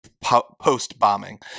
post-bombing